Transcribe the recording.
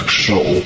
show